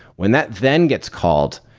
when that then gets called,